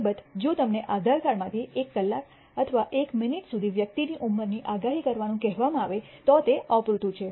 અલબત્ત જો તમને આધાર કાર્ડમાંથી એક કલાક અથવા એક મિનિટ સુધી વ્યક્તિની ઉંમરની આગાહી કરવાનું કહેવામાં આવે તો તે અપૂરતું છે